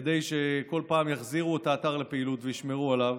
כדי שבכל פעם יחזירו את האתר לפעילות וישמרו עליו.